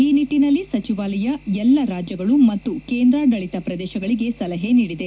ಈ ನಿಟ್ಟಿನಲ್ಲಿ ಸಚಿವಾಲಯ ಎಲ್ಲ ರಾಜ್ಯಗಳು ಮತ್ತು ಕೇಂದ್ರಾಡಳಿತ ಪ್ರದೇಶಗಳಿಗೆ ಸಲಹೆ ನೀಡಿದೆ